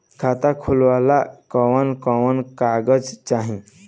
खाता खोलेला कवन कवन कागज चाहीं?